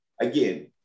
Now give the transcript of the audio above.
again